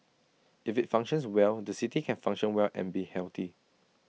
if IT functions well the city can function well and be healthy